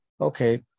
Okay